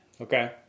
Okay